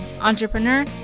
entrepreneur